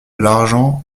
l’argent